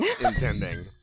intending